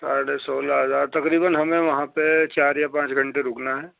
ساڑھے سولہ ہزار تقریباً ہمیں وہاں پہ چار یا پانچ گھنٹے رکنا ہے